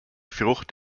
frucht